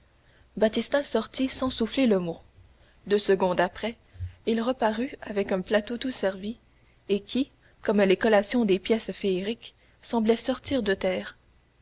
baptistin sortit sans souffler le mot deux secondes après il reparut avec un plateau tout servi et qui comme les collations des pièces féeriques semblait sortir de terre